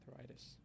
arthritis